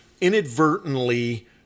inadvertently